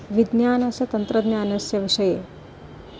विज्ञानस्य तन्त्रज्ञानस्य विषये